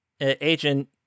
agent